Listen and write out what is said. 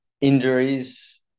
Injuries